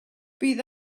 bydd